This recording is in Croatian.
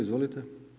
Izvolite.